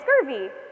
scurvy